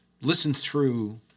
listen-through